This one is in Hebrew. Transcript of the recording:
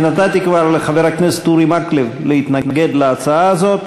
נתתי כבר לחבר הכנסת אורי מקלב להתנגד להצעה הזאת,